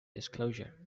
disclosure